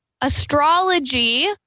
astrology